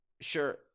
Sure